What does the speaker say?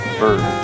bird